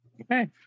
Okay